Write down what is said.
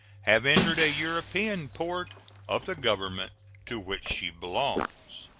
have entered a european port of the government to which she belongs.